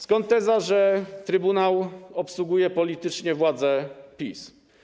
Skąd teza, że trybunał obsługuje politycznie władzę PiS?